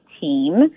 team